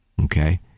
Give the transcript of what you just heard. Okay